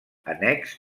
annex